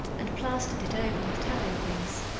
and plastered it over with tallow-grease.